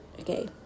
okay